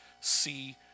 see